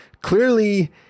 clearly